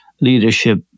leadership